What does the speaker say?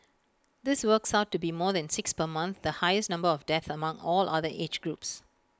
this works out to be more than six per month the highest number of deaths among all other age groups